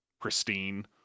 pristine